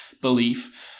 belief